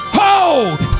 hold